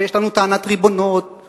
ויש לנו טענת ריבונות,